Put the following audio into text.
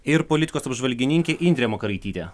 ir politikos apžvalgininkė indrė makaraitytė